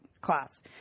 class